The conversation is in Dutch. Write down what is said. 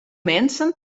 mensen